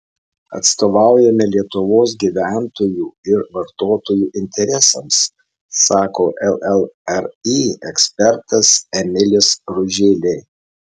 atstovaujame lietuvos gyventojų ir vartotojų interesams sako llri ekspertas emilis ruželė